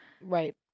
Right